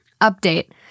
Update